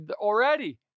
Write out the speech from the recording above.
already